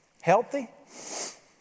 healthy